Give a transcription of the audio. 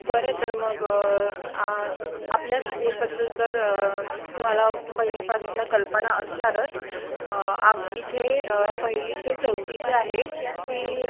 बरं तर मग आ आपल्या स्कूलबद्दल तर तुम्हाला पहिलेपासून कल्पना असणारच आ इथे पहिली ते चौथी जी आहे ती